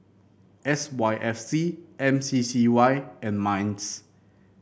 S Y F C M C C Y and Minds